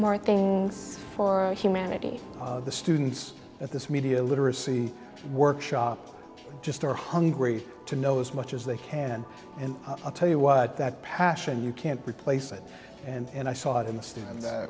more things for humanity the students at this media literacy workshop just are hungry to know as much as they can and i'll tell you what that passion you can't replace it and i saw it